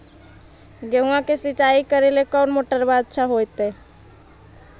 गेहुआ के सिंचाई करेला कौन मोटरबा अच्छा होतई?